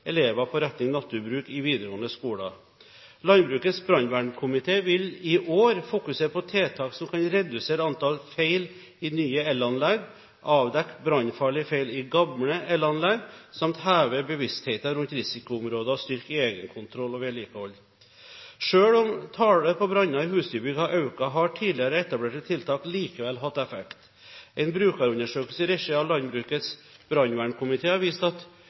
elever på retning naturbruk i videregående skoler. Landbrukets brannvernkomité vil i år fokusere på tiltak som kan redusere antall feil i nye elanlegg, avdekke brannfarlige feil i gamle elanlegg samt heve bevisstheten rundt risikoområder og styrke egenkontroll og vedlikehold. Selv om tallet på branner i husdyrbygg har økt, har tidligere etablerte tiltak likevel hatt effekt. En brukerundersøkelse i regi av Landbrukets brannvernkomité har vist at